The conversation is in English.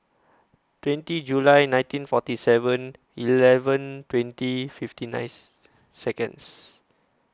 twenty July nineteen forty Seven Eleven twenty fifty ninth Seconds